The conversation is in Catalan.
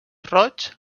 roig